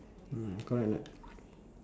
mm correct or not